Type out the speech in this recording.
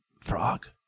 Frog